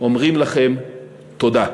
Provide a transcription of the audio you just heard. אומרים לכם תודה.